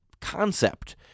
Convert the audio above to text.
concept